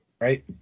right